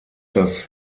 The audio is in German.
das